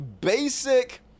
basic